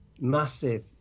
massive